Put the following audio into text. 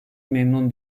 memnun